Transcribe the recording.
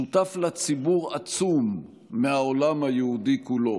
שותף לה ציבור עצום מהעולם היהודי כולו.